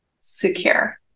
secure